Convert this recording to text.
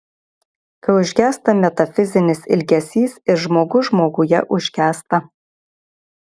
kai užgęsta metafizinis ilgesys ir žmogus žmoguje užgęsta